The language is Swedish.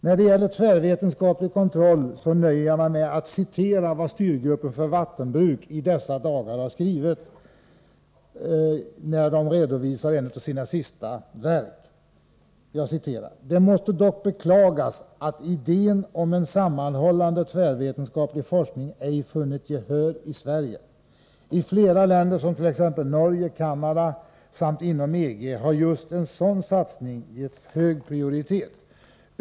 När det gäller tvärvetenskaplig forskning nöjer jag mig med att citera vad styrgruppen för vattenbruk i dessa dagar har skrivit när man redovisar en av sina sista publikationer: ”Det måste dock beklagas att idén om en sammanhållande, tvärvetenskaplig forskning ej funnit gehör i Sverige. I flera länder som t.ex. Norge, Kanada samt inom EG har just en sådan satsning getts hög prioritet.